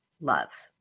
love